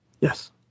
yes